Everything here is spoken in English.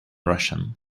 russian